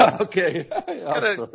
Okay